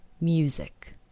Music